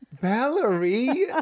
Valerie